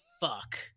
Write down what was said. fuck